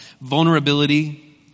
vulnerability